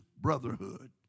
brotherhood